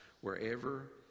wherever